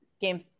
Game